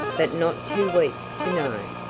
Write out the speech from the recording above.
but not too weak to know!